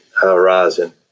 horizon